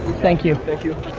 thank you. thank you.